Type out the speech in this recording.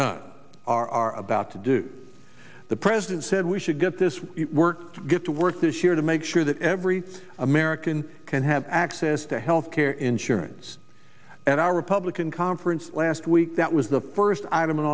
done are about to do the president said we should get this work to get to work this year to make sure that every american can have access to health care insurance at our republican conference last week that was the first item